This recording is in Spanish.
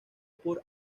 por